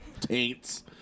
Taints